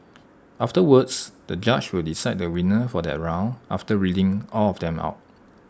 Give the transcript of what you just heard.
afterwards the judge will decide the winner for that round after reading all of them out